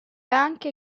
anche